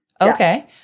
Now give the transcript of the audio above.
Okay